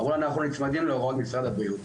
אמרו לנו, אנחנו נצמדים להוראות משרד הבריאות.